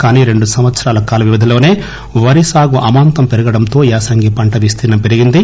కానీ రెండు సంవత్సరాల కాల వ్యవధిలోసే వరి సాగు అమాంతం పెరగడంతో యాసంగి పంట విస్తీర్ణం పెరిగింది